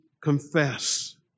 confess